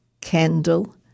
candle